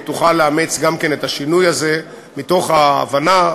תוכל לאמץ את השינוי הזה מתוך ההבנה,